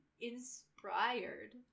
inspired